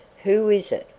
who is it?